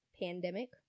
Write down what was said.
pandemic